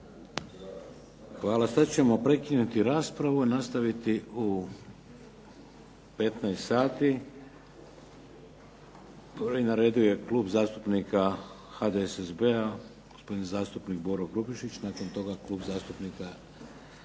Hvala. Sada ćemo prekinuti raspravu i nastaviti u 15 sati. Prvi na redu je Klub zastupnika HDSSB-a, gospodin zastupnik Boro Grubišić, nakon toga Klub zastupnika SDP-a